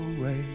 away